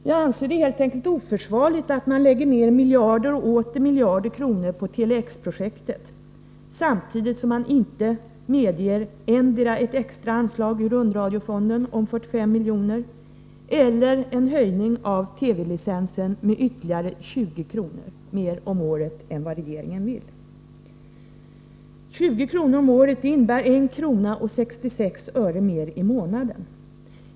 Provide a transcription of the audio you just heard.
Vi anser det helt enkelt oförsvarligt att man lägger ned miljarder och åter miljarder på Tele-X-projektet, samtidigt som man inte medger endera ett extra anslag ur rundradiofonden om 45 miljoner eller en höjning av TV-licensen med 20 kr. mer om året än vad regeringen vill. 20 kr. om året innebär 1:66 mer i månaden.